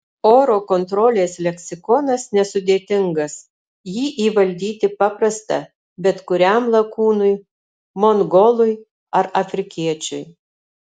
oro kontrolės leksikonas nesudėtingas jį įvaldyti paprasta bet kuriam lakūnui mongolui ar afrikiečiui